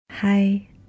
Hi